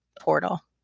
portal